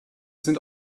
sind